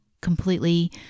completely